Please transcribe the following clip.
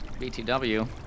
BTW